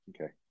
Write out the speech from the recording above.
Okay